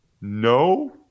no